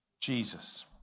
Jesus